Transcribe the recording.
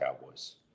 Cowboys